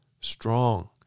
strong